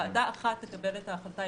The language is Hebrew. ועדה אחת תקבל את ההחלטה.